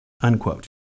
unquote